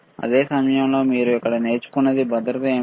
అదే సమయంలో మీరు ఇక్కడ నేర్చుకున్న భద్రత ఏమిటి